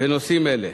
בנושאים אלה.